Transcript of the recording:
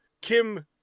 Kim